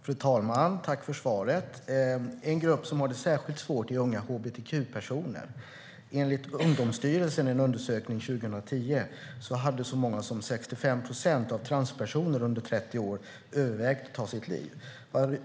Fru talman! Jag tackar ministern för svaret. En grupp som har det särskilt svårt är unga hbtq-personer. Enligt Ungdomsstyrelsens undersökning från 2010 hade så många som 65 procent av transpersonerna under 30 år övervägt att ta sitt liv.